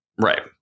Right